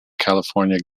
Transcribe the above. california